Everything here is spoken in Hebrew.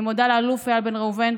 אני מודה לאלוף איל בן ראובן,